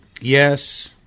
yes